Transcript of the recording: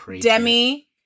Demi